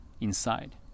inside